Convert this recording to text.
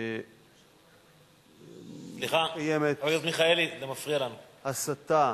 שמקיימת הסתה